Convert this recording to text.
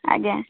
ଆଜ୍ଞା